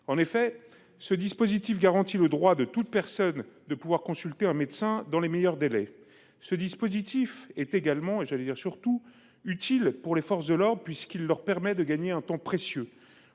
En effet, ce dispositif garantit le droit de toute personne de consulter un médecin dans les meilleurs délais. Il est également – et surtout – utile pour les forces de l’ordre, auxquelles il permet de gagner un temps précieux.